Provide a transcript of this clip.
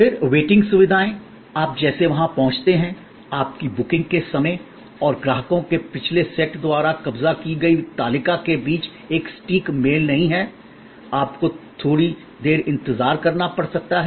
फिर वेटिंग सुविधाएं आप जैसे वहां पहुँचते हैं आपकी बुकिंग के समय और ग्राहकों के पिछले सेट द्वारा कब्जा की गई तालिका के बीच एक सटीक मेल नहीं है आपको थोड़ी देर इंतजार करना पड़ सकता है